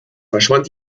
verschwand